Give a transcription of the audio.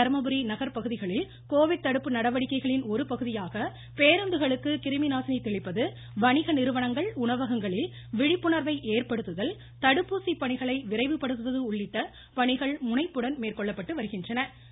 தர்மபுரி நகர் பகுதிகளில் கோவிட் தடுப்பு நடவடிக்கைகளின் ஒரு பகுதியாக பேருந்துகளுக்கு கிருமிநாசினி தெளிப்பது வணிக நிறுவனங்கள் உணவகங்களில் விழிப்புணா்வை ஏற்படுத்துதல் தடுப்பூசி பணிகளை விரைவுபடுத்துவது உள்ளிட்ட பணிகள் முனைப்புடன் மேற்கொள்ளப்பட்டு வருகின்றன